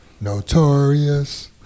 Notorious